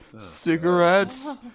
Cigarettes